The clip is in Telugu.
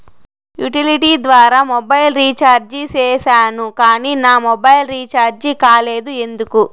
యుటిలిటీ ద్వారా మొబైల్ రీచార్జి సేసాను కానీ నా మొబైల్ రీచార్జి కాలేదు ఎందుకు?